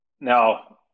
now